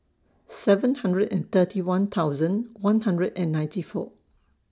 seven hundred and thirty one thousand one hundred and ninety four